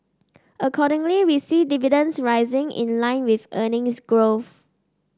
accordingly we see dividends rising in line with earnings growth